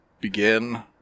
begin